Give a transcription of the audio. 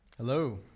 Hello